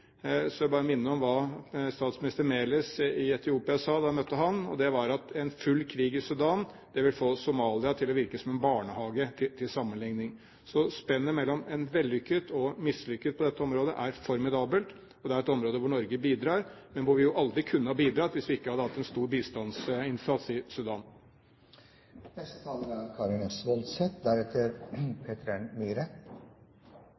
jeg bare minne om hva statsminister Meles Zenawi i Etiopia sa da jeg møtte ham. Det var at en full krig i Sudan vil få Somalia til å virke som en barnehage – til sammenligning. Så spennet mellom vellykket og mislykket på dette området er formidabelt, og det er et område hvor Norge bidrar, men hvor vi aldri kunne ha bidratt hvis vi ikke hadde gjort en stor